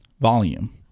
volume